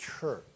church